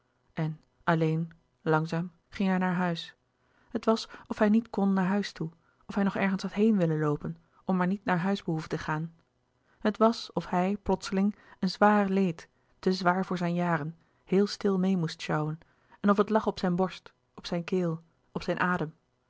en alleen langzaam ging hij naar huis het was of hij niet kon naar huis toe of hij nog ergens had heen willen loopen om maar niet naar huis behoeven te gaan het was of hij plotseling een zwaar leed te zwaar voor zijn jaren heel stil meê moest sjouwen en of het lag op zijn borst op zijn keel op zijn adem